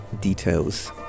details